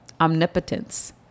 omnipotence